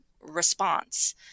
response